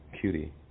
Cutie